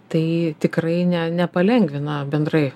tai tikrai ne nepalengvina bendrai